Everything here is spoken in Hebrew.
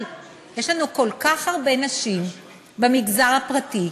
אבל יש לנו כל כך הרבה נשים במגזר הפרטי,